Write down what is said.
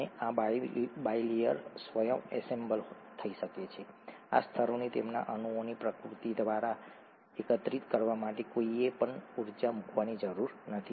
અને આ બાયલેયર સ્વયં એસેમ્બલ થઈ શકે છે આ સ્તરોને તેમના અણુઓની પ્રકૃતિ દ્વારા એકત્રિત કરવા માટે કોઈએ પણ ઊર્જા મૂકવાની જરૂર નથી